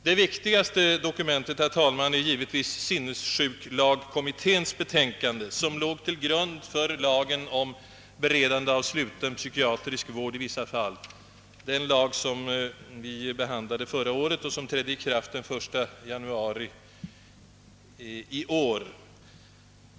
Det viktigaste dokumentet, herr talman, är givetvis sinnessjuklagstiftningskommitténs betänkande, som låg till grund för lagen om beredande av sluten psykiatrisk vård i vissa fall, den lag som vi behandlade förra året och som trädde i kraft den 1 januari i år.